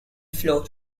floor